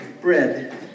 bread